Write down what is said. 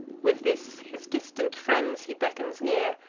with this, his distant friends he beckons near,